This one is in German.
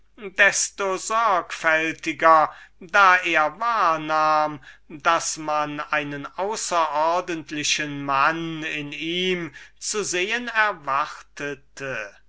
desto sorgfältiger da er wahrnahm daß man einen außerordentlichen mann in ihm zu sehen erwartete